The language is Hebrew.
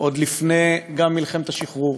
עוד לפני מלחמת השחרור,